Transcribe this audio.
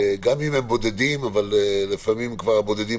גם אם הם בודדים אבל לפעמים הבודדים